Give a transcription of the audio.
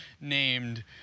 named